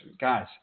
Guys